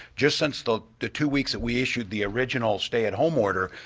just since the the two weeks that we issued the original stay-at-home order,